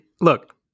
look